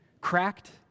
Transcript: cracked